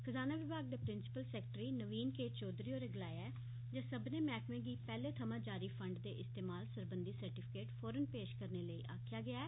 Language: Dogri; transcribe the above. खज़ाना विभाग दे principal secretary Naveen K Choudhary होरें गलाया जे सब्मनें मैह्कमें गी पैह्ले थमां जारी फंड दे इस्तेमाल सरबंधी सर्टिफिकेट फौरन पेश करने लेई आक्खेआ गेआ ऐ